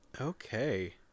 okay